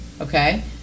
Okay